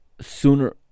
Sooner